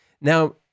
Now